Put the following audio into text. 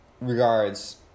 regards